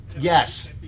yes